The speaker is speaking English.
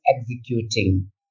executing